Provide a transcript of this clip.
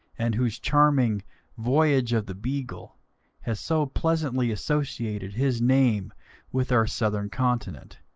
and whose charming voyage of the beagle has so pleasantly associated his name with our southern continent,